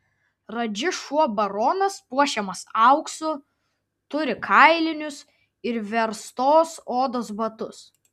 radži šuo baronas puošiamas auksu turi kailinius ir verstos odos batus